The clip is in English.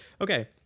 Okay